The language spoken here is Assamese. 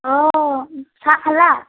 অঁ চাহ খালা